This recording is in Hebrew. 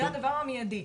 זה הדבר המיידי.